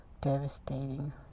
Devastating